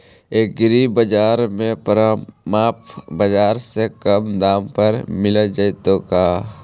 एग्रीबाजार में परमप बाजार से कम दाम पर मिल जैतै का?